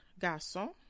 garçon